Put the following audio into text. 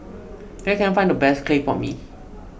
where can I find the best Clay Pot Mee